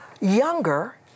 younger